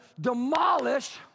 demolish